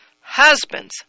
Husbands